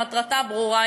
מטרתה הברורה,